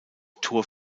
tor